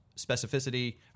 specificity